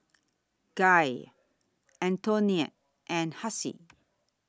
Gail Antionette and Hassie